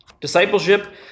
Discipleship